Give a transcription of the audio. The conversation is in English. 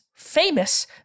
famous